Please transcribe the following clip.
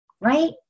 Right